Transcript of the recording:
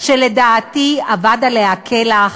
לדעתי אבד עליה כלח,